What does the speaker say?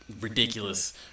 ridiculous